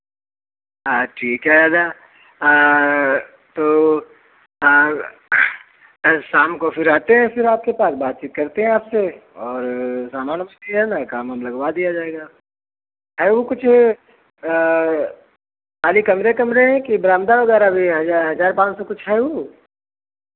ठीक है दादा तो कल शाम को फिर आते हैं फिर आपके पास बातचीत करते हैं आपसे और सामान है ना काम ओम लगवा दिया जाएगा है ऊ कुछ खाली कमरे कमरे है कि बरामदा वगैरह भी है हज़ार हज़ार पाँच सौ कुछ है ऊ